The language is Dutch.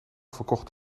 verkocht